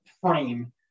frame